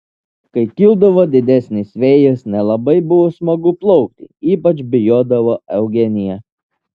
kai kildavo didesnis vėjas nelabai buvo smagu plaukti ypač bijodavo eugenija